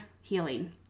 Healing